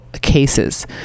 cases